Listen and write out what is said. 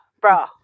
bro